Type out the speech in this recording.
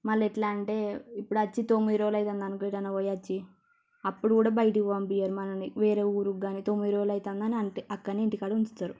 మళ్ళ ఎట్లా అంటే ఇప్పుడు అచ్చి తొమ్మిది రోజులు అయితుంది అనుకో ఎట్లైనా పోయొచ్చి అప్పుడు కూడా బయటకు పంపియ్యరు మనలన్నీ వేరే ఊరికి గానీ తొమ్మిది రోజులు అయితుందని అంటే అక్కడనే ఇంటికాడే ఉంచుతారు